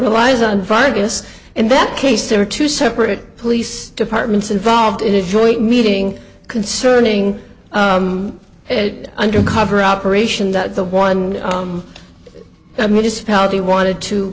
relies on friday this in that case there were two separate police departments involved in a joint meeting concerning undercover operation that the one that municipality wanted to